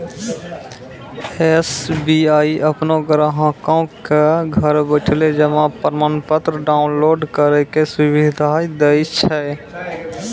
SBI अपनो ग्राहको क घर बैठले जमा प्रमाणपत्र डाउनलोड करै के सुविधा दै छै